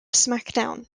smackdown